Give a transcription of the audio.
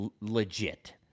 legit